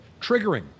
triggering